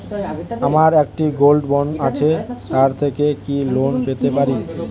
আমার একটি gold bond আছে তার থেকে কি লোন পেতে পারি?